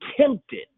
tempted